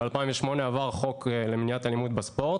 ב-2008 עבר החוק למניעת אלימות בספורט